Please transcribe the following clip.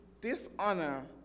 dishonor